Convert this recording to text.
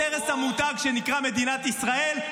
-- את הרס המותג שנקרא מדינת ישראל,